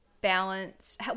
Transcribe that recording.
balance